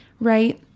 right